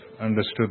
understood